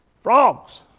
Frogs